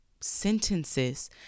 sentences